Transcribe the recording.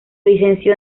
licenció